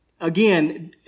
again